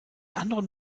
anderen